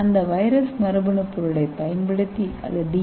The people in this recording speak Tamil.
அந்த வைரஸ் மரபணு பொருளைப் பயன்படுத்தி அது டி